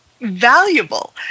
valuable